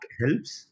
helps